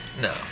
No